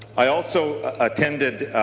i also attended